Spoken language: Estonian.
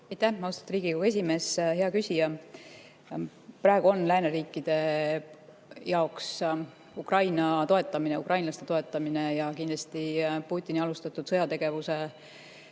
austatud Riigikogu esimees! Hea küsija! Praegu on lääneriikide jaoks Ukraina toetamine, ukrainlaste toetamine ja Putini alustatud sõjategevusele